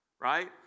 right